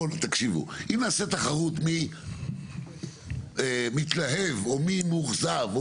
תקשיבו אם אנחנו נעשה תחרות מי מתלהב או מי מאוכזב.